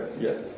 Yes